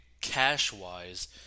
cash-wise